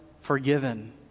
forgiven